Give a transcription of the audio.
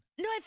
No